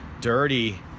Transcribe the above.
dirty